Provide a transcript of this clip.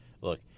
look